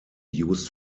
used